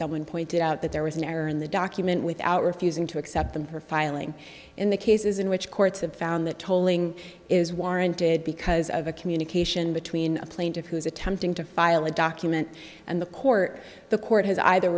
someone pointed out that there was an error in the document without refusing to accept them for filing in the cases in which courts have found that tolling is warranted because of a communication between a plaintiff who is attempting to file a document and the court the court has either